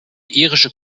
irische